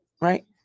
Right